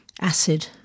acid